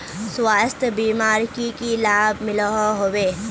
स्वास्थ्य बीमार की की लाभ मिलोहो होबे?